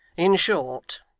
in short,